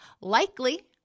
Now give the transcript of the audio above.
likely